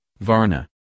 Varna